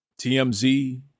TMZ